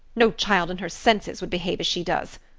no child in her senses would behave as she does.